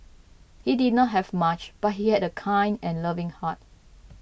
he did not have much but he had a kind and loving heart